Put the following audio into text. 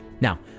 Now